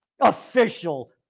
official